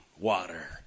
water